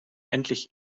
endlich